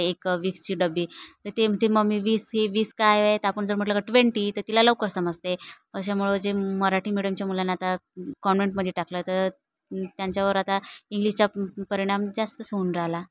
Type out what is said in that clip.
एक विक्सची डबी तर ते म्हणते मम्मी वीस ही वीस काय आहेत आपण जर म्हटलं का ट्वेंटी तर तिला लवकर समजते अशामुळं जे मराठी मिडीयमच्या मुलांना आता कॉन्व्हेंटमध्ये टाकलं तर त्यांच्यावर आता इंग्लिशचा परिणाम जास्तच होऊन राहिला